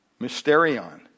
Mysterion